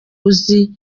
uzi